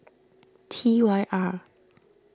T Y R